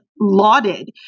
lauded